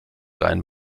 rein